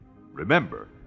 Remember